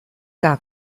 gar